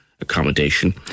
accommodation